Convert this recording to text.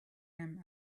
him